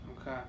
okay